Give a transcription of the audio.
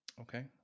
Okay